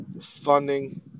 funding